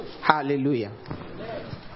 Hallelujah